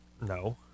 No